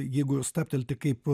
jeigu ir stabtelti kaip